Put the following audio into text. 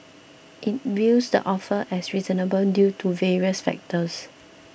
it views the offer as reasonable due to various factors